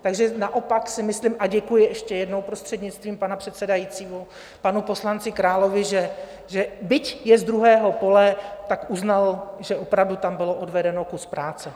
Takže si naopak myslím a děkuji ještě jednou, prostřednictvím pana předsedajícího, panu poslanci Královi že byť je z druhého pole, tak uznal, že tam opravdu bylo odvedeno kus práce.